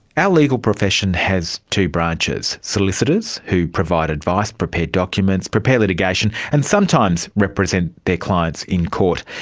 our legal profession has two branches solicitors who provide advice, prepare documents, prepare litigation and sometimes represent their clients in court.